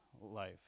life